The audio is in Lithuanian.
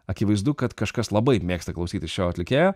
akivaizdu kad kažkas labai mėgsta klausytis šio atlikėjo